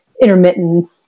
intermittent